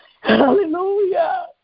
Hallelujah